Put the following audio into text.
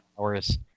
hours